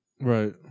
Right